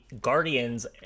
Guardians